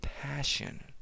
passion